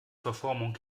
verformung